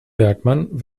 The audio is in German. bergmann